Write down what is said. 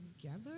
together